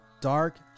dark